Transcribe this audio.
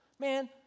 Man